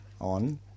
on